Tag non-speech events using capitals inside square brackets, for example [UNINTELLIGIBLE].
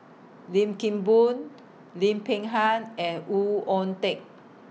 Lim Kim Boon Lim Peng Han and [UNINTELLIGIBLE] Oon Teik